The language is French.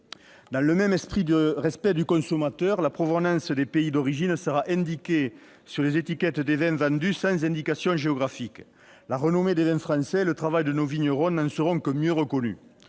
Dans le même esprit de respect du consommateur, la provenance des pays d'origine sera indiquée sur les étiquettes des vins vendus sans indication géographique. La renommée des vins français, le travail de nos vignerons n'en seront que mieux reconnus.